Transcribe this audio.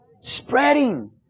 spreading